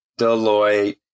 Deloitte